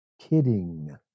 Kidding